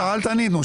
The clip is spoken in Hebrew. שאלת, ענינו.